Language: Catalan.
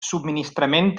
subministrament